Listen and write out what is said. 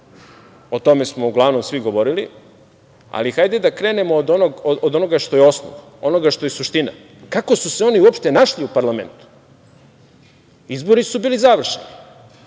o tome smo uglavnom svi govorili, ali hajde da krenemo od onoga što je osnov, onoga što je suština, kako su se oni uopšte našli u parlamentu. Izbori su bili završeni.